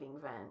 vent